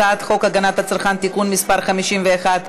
הצעת חוק הגנת הצרכן (תיקון מס' 51),